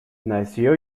nació